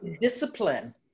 Discipline